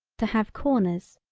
to have corners,